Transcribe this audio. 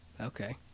Okay